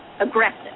aggressive